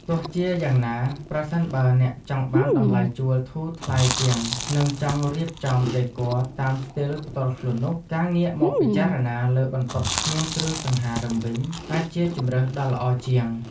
ទោះជាយ៉ាងណា ប្រសិនបើអ្នកចង់បានតម្លៃជួលធូរថ្លៃជាង និងចង់រៀបចំដេគ័រតាមស្ទីលផ្ទាល់ខ្លួននោះ ការងាកមកពិចារណាលើបន្ទប់គ្មានគ្រឿងសង្ហារិមវិញ អាចជាជម្រើសដ៏ល្អជាង។